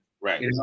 Right